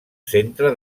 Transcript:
centre